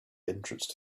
entrance